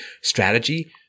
strategy